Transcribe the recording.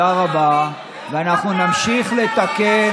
ואנחנו נמשיך לתקן,